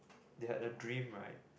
they had a dream right